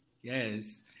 yes